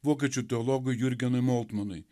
vokiečių teologui jurgenui moltmonui